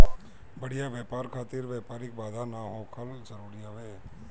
बढ़िया व्यापार खातिर व्यापारिक बाधा ना होखल जरुरी हवे